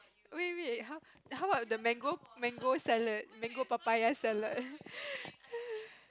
wait wait wait how how about the mango mango salad mango papaya salad